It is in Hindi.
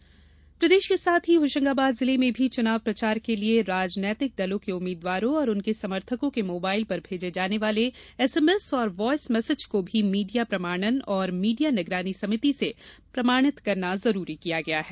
चुनाव आयोग जिले प्रदेश के साथ ही होशंगाबाद जिले में भी चुनाव प्रचार के लिये राजनीतिक दलों के उम्मीदवारों और उनके समर्थकों के मोबाइल पर ँमेजे जाने वाले एसएमएस और वायस मैसेज को भी मीडिया प्रमाणन और मीडिया निगरानी समिति से प्रमाणित करना जरूरी किया गया है